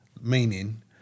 Meaning